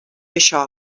això